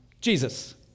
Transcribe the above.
Jesus